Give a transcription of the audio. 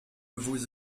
vous